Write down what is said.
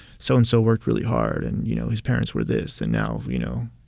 so and so worked really hard. and, you know, his parents were this. and now, you know,